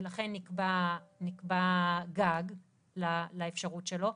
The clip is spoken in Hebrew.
ולכן נקבע גג לאפשרות שלו.